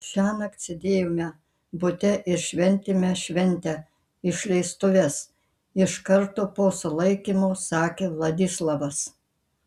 šiąnakt sėdėjome bute ir šventėme šventę išleistuves iš karto po sulaikymo sakė vladislavas